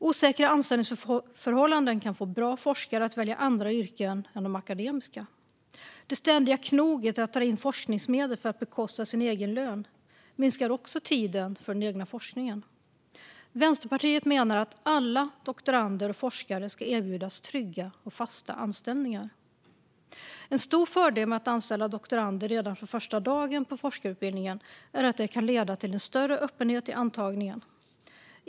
Osäkra anställningsförhållanden kan få bra forskare att välja andra yrken än de akademiska. Det ständiga knoget att dra in forskningsmedel för att bekosta sin egen lön minskar också tiden för den egna forskningen. Vänsterpartiet menar att alla doktorander och forskare ska erbjudas trygga och fasta anställningar. En stor fördel med att anställa doktorander redan från första dagen på forskarutbildningen är att det kan leda till en större öppenhet i antagningen.